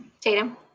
tatum